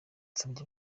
yasabye